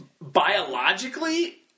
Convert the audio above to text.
Biologically